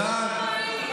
אתם לא עושים כלום.